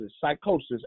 psychosis